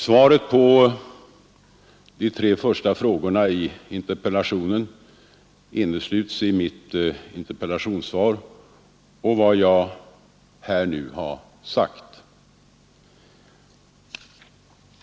Svaret på de tre första frågorna i interpellationen innesluts i mitt interpellationssvar och i vad jag här nu har sagt.